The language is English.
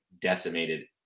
decimated